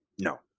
No